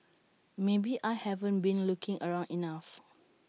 maybe I haven't been looking around enough